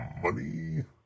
money